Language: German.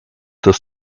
dass